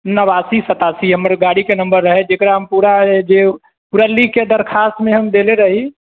नवासी सतासी हमर गाड़ीके नम्बर रहै जेकरा हम पूरा जे लिखके दरखास्तमे हम देले रही